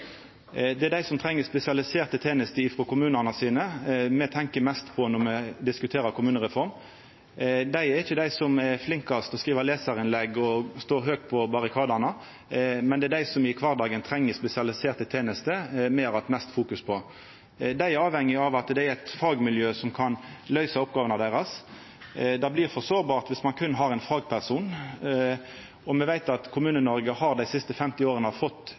Det er dei som treng spesialiserte tenester frå kommunane sine, me tenkjer mest på når me diskuterer kommunereform. Det er ikkje dei som er flinkast til å skriva lesarinnlegg og stå høgt på barrikadane, men det er dei som i kvardagen treng spesialiserte tenester, me har hatt mest fokus på. Dei er avhengige av at det er eit fagmiljø som kan løysa oppgåvene deira. Det blir for sårbart om ein berre har éin fagperson. Me veit at Kommune-Noreg dei siste 50 åra har fått